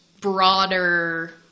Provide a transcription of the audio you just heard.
broader